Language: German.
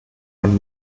ein